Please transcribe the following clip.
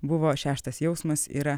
buvo šeštas jausmas yra